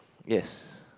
yes